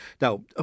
Now